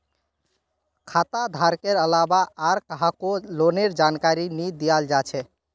खाता धारकेर अलावा आर काहको लोनेर जानकारी नी दियाल जा छे